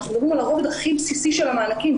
אנחנו מדברים על הרובד הכי בסיסי של המענקים.